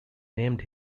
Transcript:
named